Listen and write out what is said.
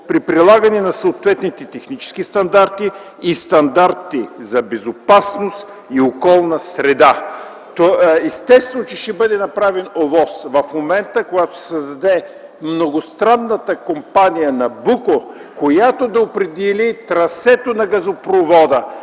при прилагането на съответните технически стандарти и стандарти за безопасност и околна среда. Естествено, че ще бъде направен ОВОС, когато се създаде многостранната компания „Набуко”, която да определи трасето на газопровода.